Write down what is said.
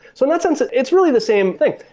so in that sense, it's really the same think.